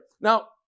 Now